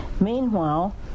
Meanwhile